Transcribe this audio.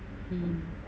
mm